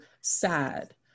sad